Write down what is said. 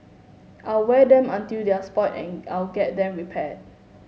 I'll wear them until they're spoilt and I'll get them repair